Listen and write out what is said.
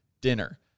dinner